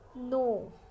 No